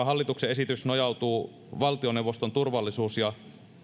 hallituksen esitys nojautuu valtioneuvoston turvallisuus ja